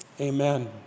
amen